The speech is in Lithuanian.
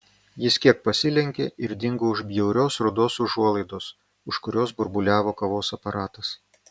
jis kiek pasilenkė ir dingo už bjaurios rudos užuolaidos už kurios burbuliavo kavos aparatas